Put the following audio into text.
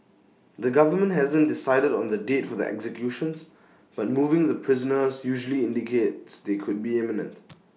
the government hasn't decided on the date for the executions but moving the prisoners usually indicates they could be imminent